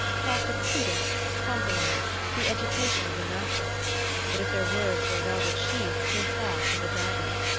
talked of prudence, compromise, the education of the masses but if their words were a velvet sheath their thought was a dagger.